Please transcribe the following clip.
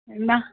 ना